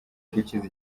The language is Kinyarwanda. gukiza